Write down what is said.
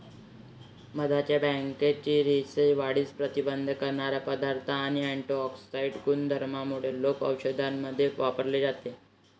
मधाच्या बॅक्टेरियाच्या वाढीस प्रतिबंध करणारा पदार्थ आणि अँटिऑक्सिडेंट गुणधर्मांमुळे लोक औषधांमध्ये वापरले जाते